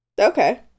Okay